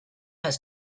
has